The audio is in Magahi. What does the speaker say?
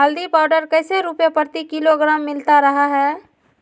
हल्दी पाउडर कैसे रुपए प्रति किलोग्राम मिलता रहा है?